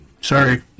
Sorry